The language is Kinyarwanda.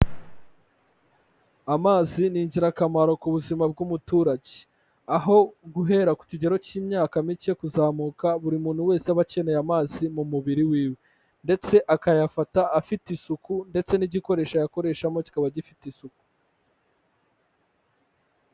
Amazi ni ingirakamaro ku buzima bw'umuturage, aho guhera ku kigero cy'imyaka mike kuzamuka buri muntu wese aba akeneye amazi mu mubiri wiwe, ndetse akayafata afite isuku ndetse n'igikoresho ayakoreshamo kikaba gifite isuku.